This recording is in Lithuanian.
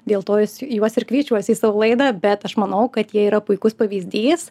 dėl to jis juos ir kviečiuosi į savo laidą bet aš manau kad jie yra puikus pavyzdys